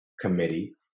Committee